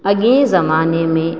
अॻे ज़माने में